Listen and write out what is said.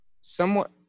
somewhat